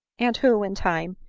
and who, in time,